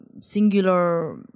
singular